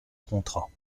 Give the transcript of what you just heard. contrat